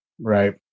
Right